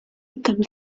ikaba